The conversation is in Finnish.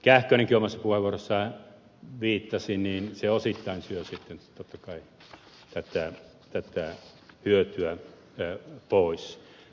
kähkönenkin omassa puheenvuorossaan viittasi se osittain syö sitten totta kai tätä hyötyä pois